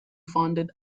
founded